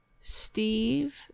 Steve